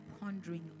pondering